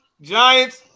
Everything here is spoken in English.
Giants